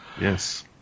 yes